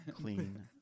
Clean